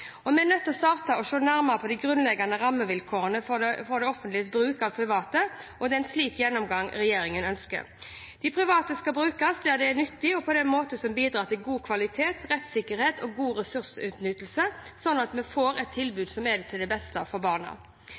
brukes. Vi er nødt til å starte med å se nærmere på de grunnleggende rammevilkårene for det offentliges bruk av private. Det er en slik gjennomgang regjeringen ønsker. De private skal brukes der det er nyttig, og på en måte som bidrar til god kvalitet, rettssikkerhet og god ressursutnyttelse, slik at vi får et tilbud som er til det beste for barna.